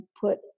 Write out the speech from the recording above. put